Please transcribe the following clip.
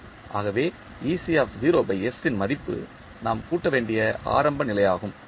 ஆகவே மதிப்பு நாம் கூட்ட வேண்டிய ஆரம்ப நிலையாகும்